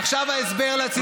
עכשיו ההסבר לציבור.